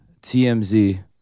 TMZ